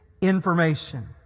information